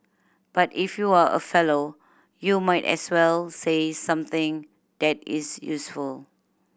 but if you are a fellow you might as well say something that is useful